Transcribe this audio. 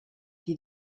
die